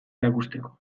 erakusteko